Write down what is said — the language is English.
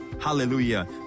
Hallelujah